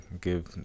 give